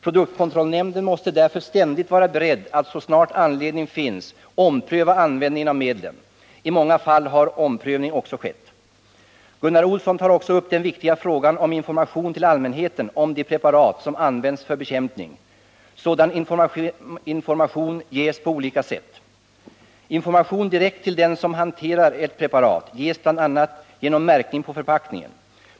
Produktkontrollnämnden måste därför ständigt vara beredd att så snart anledning finns ompröva användningen av medlen. I många fall har omprövning också skett. Gunnar Olsson tar också upp den viktiga frågan om information till allmänheten om de preparat som används för bekämpning. Sådan information ges på olika sätt. Information direkt till den som hanterar ett preparat ges bl.a. genom märkning på förpackningen.